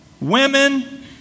women